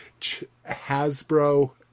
Hasbro